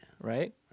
Right